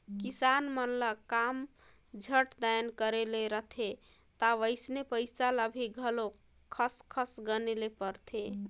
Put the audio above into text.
किसान मन ल काम झट दाएन करे ले रहथे ता वइसने पइसा ल घलो खस खस गने ले परथे